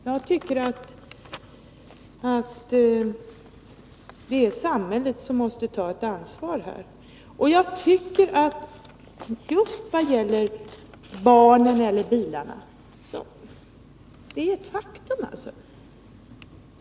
Jag tycker att det är samhället som här måste ta ett ansvar. Det är ett faktum att det här gäller barnen eller bilarna.